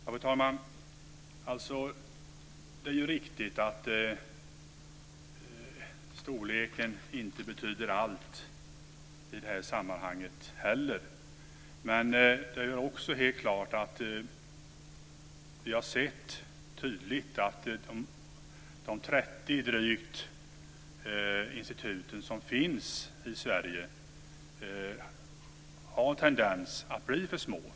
Fru talman! Det är riktigt att storleken inte heller i det här sammanhanget betyder allt. Klart är dock, som vi tydligt sett, att de drygt 30 institut som finns i Sverige har en tendens att bli för små.